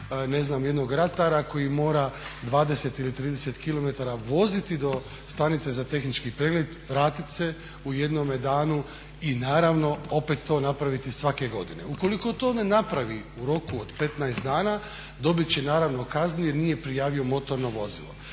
zamisliti jednog ratara koji mora 20 ili 30 km voziti do stanice za tehnički pregled, vratit se u jednom danu i naravno opet to napraviti svake godine. Ukoliko to ne napravi u roku od 15 dana dobit će naravno kaznu jer nije prijavio motorno vozilo.